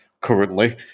currently